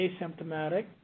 asymptomatic